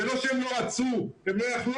זה לא שהם לא רצו אלא הם לא יכלו.